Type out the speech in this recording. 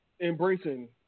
embracing